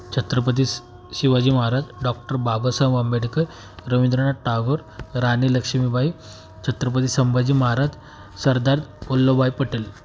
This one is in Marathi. छत्रपती शिवाजी महाराज डॉक्टर बाबासाहेब आंबेडकर रवींद्रनाथ टागोर राणी लक्ष्मीबाई छत्रपती संभाजी महाराज सरदार वल्लभभाई पटेल